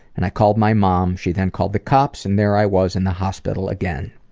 and i called my mom. she then called the cops and there i was in the hospital again.